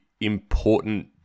important